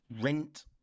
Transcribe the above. Rent